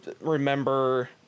remember